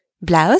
Blouse